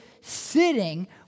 sitting